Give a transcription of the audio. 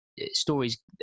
stories